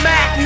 Mac